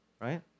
right